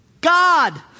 God